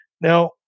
Now